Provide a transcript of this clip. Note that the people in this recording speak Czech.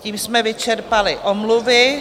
Tím jsme vyčerpali omluvy.